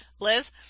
Liz